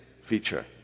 feature